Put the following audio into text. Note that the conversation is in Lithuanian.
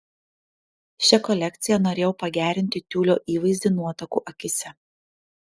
šia kolekcija norėjau pagerinti tiulio įvaizdį nuotakų akyse